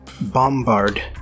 Bombard